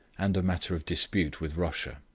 and a matter of dispute with russia.